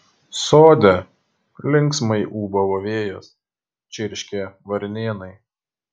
sode linksmai ūbavo vėjas čirškė varnėnai